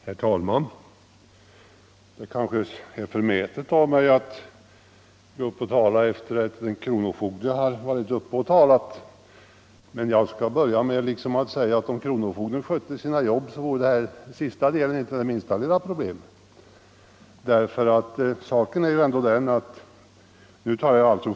Herr talman! Det kanske är förmätet av mig att gå upp och tala efter det att en kronofogde haft ordet. Men jag vill börja med att säga att om kronofogden skötte sitt jobb så vore det fall som herr Sjöholm sist tog upp med sjukpenningavdraget inte det minsta lilla problem.